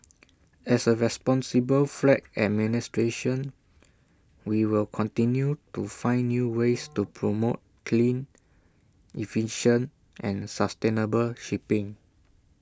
as A responsible flag administration we will continue to find new ways to promote clean efficient and sustainable shipping